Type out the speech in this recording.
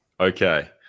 Okay